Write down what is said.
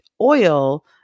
oil